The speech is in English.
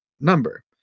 number